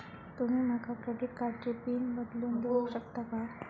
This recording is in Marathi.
तुमी माका क्रेडिट कार्डची पिन बदलून देऊक शकता काय?